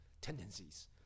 tendencies